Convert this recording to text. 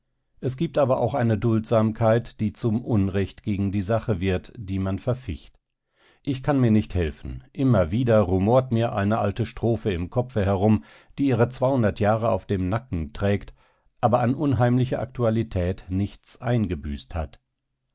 es gibt aber auch eine duldsamkeit die zum unrecht gegen die sache wird die man verficht ich kann mir nicht helfen immer wieder rumort mir eine alte strophe im kopfe herum die ihre jahre auf dem nacken trägt aber an unheimlicher aktualität nichts eingebüßt hat